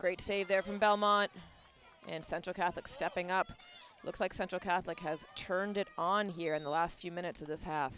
great say they're from belmont and central catholic stepping up looks like central catholic has turned it on here in the last few minutes of this h